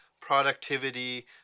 productivity